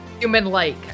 Human-like